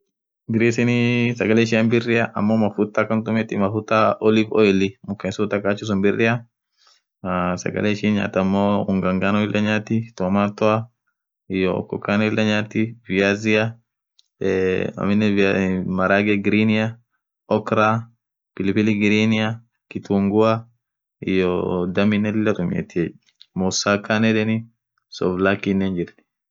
Greasinii sagale ishian birria ammo mafuta akhan tumeti mafuta Oliver oil mken suthu akhan achi birria sagale ishin nyathaa amoo unga ngaano irri nyathi tomato iyo okhokan lila nyati viazia eee aminen maraghee greenia okraaa pilipili greenia kitungua iyo dhaminen lila tumeti mousaka yedheni soblakinen hijrti